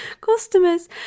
customers